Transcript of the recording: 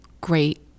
great